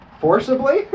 forcibly